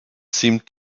seemed